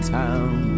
town